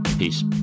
Peace